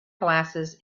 glasses